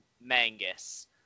Mangus